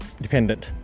dependent